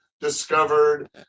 discovered